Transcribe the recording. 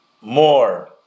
more